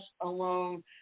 alone